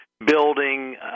building